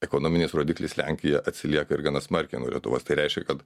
ekonominiais rodiklis lenkija atsilieka ir gana smarkiai nuo lietuvos tai reiškia kad